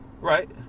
Right